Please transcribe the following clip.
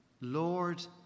Lord